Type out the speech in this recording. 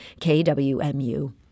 KWMU